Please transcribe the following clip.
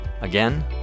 Again